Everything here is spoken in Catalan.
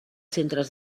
centres